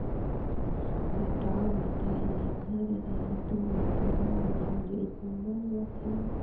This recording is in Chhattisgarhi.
पटाव बनाए ले घर हर दुमंजिला घर जयसन बन जाथे